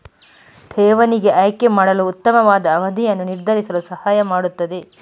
ಠೇವಣಿಗೆ ಆಯ್ಕೆ ಮಾಡಲು ಉತ್ತಮವಾದ ಅವಧಿಯನ್ನು ನಿರ್ಧರಿಸಲು ಸಹಾಯ ಮಾಡುತ್ತದೆ